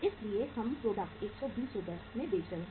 इसलिए हम प्रोडक्ट 120 रुपये में बेच रहे हैं